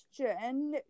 question